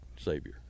Savior